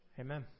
Amen